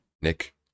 Nick